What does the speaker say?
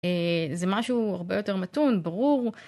זה משהו הרבה יותר מתון, ברור.